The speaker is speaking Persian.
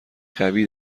قوی